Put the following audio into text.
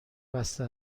بسته